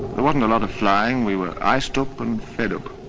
there wasn't a lot of flying, we were iced up and fed up.